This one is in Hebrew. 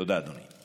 תודה, אדוני.